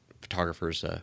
Photographers –